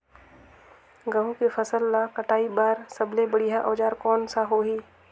गहूं के फसल ला कटाई बार सबले बढ़िया औजार कोन सा होही?